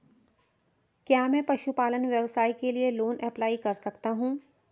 क्या मैं पशुपालन व्यवसाय के लिए लोंन अप्लाई कर सकता हूं?